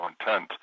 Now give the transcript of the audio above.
intent